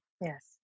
Yes